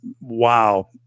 wow